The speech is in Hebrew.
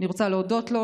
אני רוצה להודות לו,